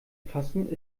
fassen